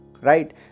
right